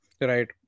Right